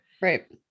right